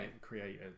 create